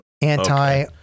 anti